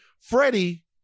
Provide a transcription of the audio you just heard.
Freddie